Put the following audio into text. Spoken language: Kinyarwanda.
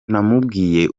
namubwiye